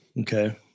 Okay